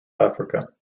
africa